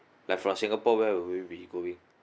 like from singapore where would we be going